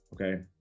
okay